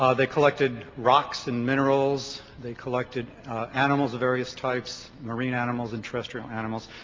ah they collected rocks and minerals. they collected animals of various types. marine animals and terrestrial animals.